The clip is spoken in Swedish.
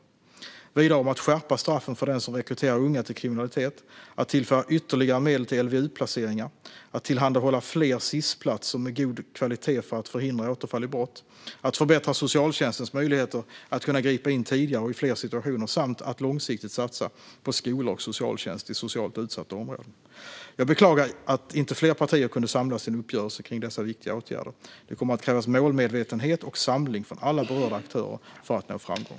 Det handlar vidare om att skärpa straffen för den som rekryterar unga till kriminalitet, att tillföra ytterligare medel till LVU-placeringar, att tillhandahålla fler Sis-platser med god kvalitet för att förhindra återfall i brott, att förbättra socialtjänstens möjligheter att gripa in tidigare och i fler situationer samt att långsiktigt satsa på skolor och socialtjänst i socialt utsatta områden. Jag beklagar att inte fler partier kunde samlas i en uppgörelse kring dessa viktiga åtgärder. Det kommer att krävas målmedvetenhet och samling från alla berörda aktörer för att nå framgång.